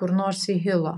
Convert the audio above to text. kur nors į hilo